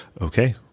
Okay